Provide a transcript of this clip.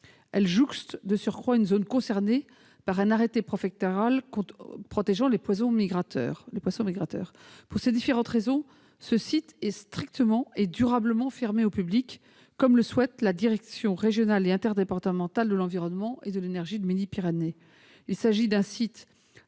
Elle jouxte, de surcroît, une zone concernée par un arrêté préfectoral protégeant les poissons migrateurs. Pour ces différentes raisons, ce site est strictement et durablement fermé au public, comme le souhaite la direction régionale et interdépartementale de l'environnement et de l'énergie Midi-Pyrénées.